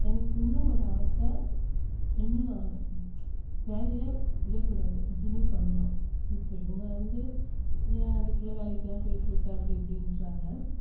எனக்கு இன்னும் ஒரு ஆசை இன்னும் நான் வேலையை விடக்கூடாது கண்டினியூவ் பண்ணணும் இப்போ இவங்க வந்து ஏன் அதுக்குள்ளே வேலைக்கெல்லாம் போயிட்டிருக்க அப்படி இப்படின்றாங்க